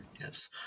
Yes